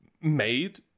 made